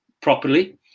properly